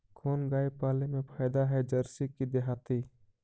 कोन गाय पाले मे फायदा है जरसी कि देहाती?